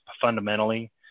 fundamentally